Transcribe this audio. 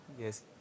Yes